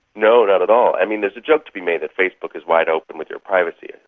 no, not at all. i mean, there's a joke to be made that facebook is wide open with their privacy,